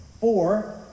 four